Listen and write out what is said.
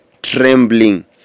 trembling